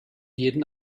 jeden